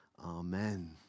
Amen